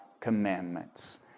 commandments